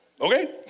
okay